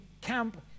camp